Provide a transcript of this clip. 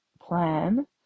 plan